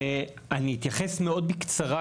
אני אתייחס מאוד בקצרה,